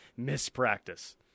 mispractice